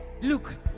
look